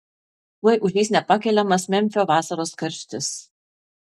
tuoj užeis nepakeliamas memfio vasaros karštis